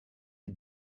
die